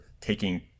taking